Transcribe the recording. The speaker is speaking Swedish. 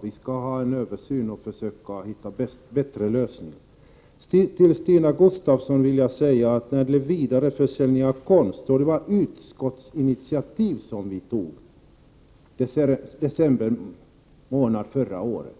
Vi skall göra en översyn för att försöka finna bättre lösningar. Till Stina Gustavsson vill jag säga att när det gäller vidareförsäljning av konst, var det ett utskottsinitiativ som togs under december månad förra året.